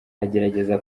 agerageza